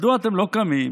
מדוע אתם לא קמים,